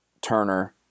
Turner